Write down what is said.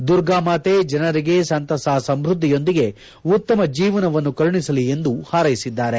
ದುರ್ಗಾಮಾತೆ ಜನರಿಗೆ ಸಂತಸ ಸಂಮೃದ್ದಿಯೊಂದಿಗೆ ಉತ್ತಮ ಜೀವನವನ್ನು ಕರುಣಿಸಲಿ ಎಂದು ಹಾರೈಸಿದ್ದಾರೆ